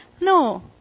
No